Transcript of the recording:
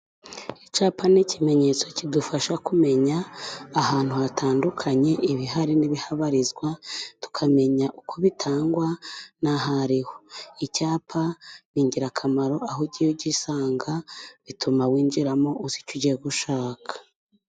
Icyapa n'ikimenyetso kidufasha kumenya ahantu hatandukanye, ibihari n'ibihabarizwa tukamenya uko bitangwa n'ahariho , icyapa ni ingirakamaro aho ugiye ugisanga bituma winjiramo uzi icyo ugiye gushaka.